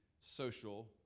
social